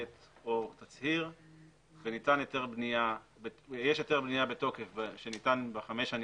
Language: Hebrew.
ב' או בתצהיר ויש היתר בנייה בתוקף שניתן בחמש השנים